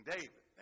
David